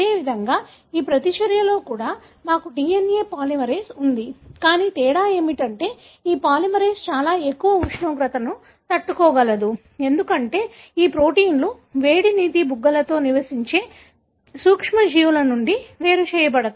అదేవిధంగా ఈ ప్రతిచర్యలో కూడా మాకు DNA పాలిమరేస్ ఉంది కానీ తేడా ఏమిటంటే ఈ పాలిమరేస్ చాలా ఎక్కువ ఉష్ణోగ్రతను తట్టుకోగలదు ఎందుకంటే ఈ ప్రోటీన్లు వేడి నీటి బుగ్గలలో నివసించే సూక్ష్మజీవుల నుండి వేరుచేయబడతాయి